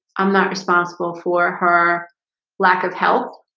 i'm not responsible for her lack of health